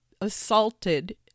assaulted